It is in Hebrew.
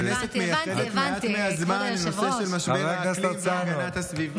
עד שהכנסת מייחדת מעט מהזמן לנושא של משבר האקלים והגנת הסביבה.